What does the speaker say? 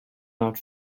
not